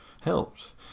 Helps